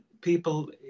people